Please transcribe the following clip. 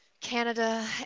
Canada